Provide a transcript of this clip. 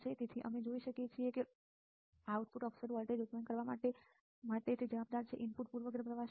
તેથી તમે જોઈ શકો છો કે આઉટપુટ ઓફસેટ વોલ્ટેજ ઉત્પન્ન કરવા માટે આઉટપુટ માટે વધુ જવાબદાર શું છેઇનપુટ પૂર્વગ્રહ પ્રવાહ શું છે